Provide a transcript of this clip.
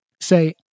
say